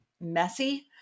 messy